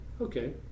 Okay